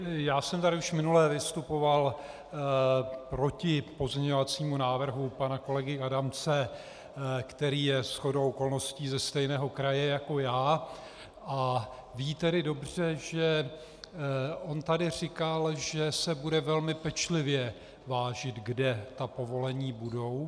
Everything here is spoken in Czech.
Já jsem tady už minule vystupoval proti pozměňovacímu návrhu pana kolegy Adamce, který je shodou okolností ze stejného kraje jako já, a ví tedy dobře, že on tady říkal, že se bude velmi pečlivě vážit, kde ta povolení budou.